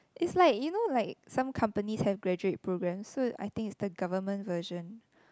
it's like you know like some companies have graduate programs so I think it's the government version